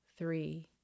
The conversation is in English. Three